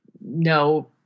no